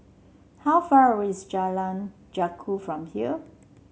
how far away is Jalan Janggus from here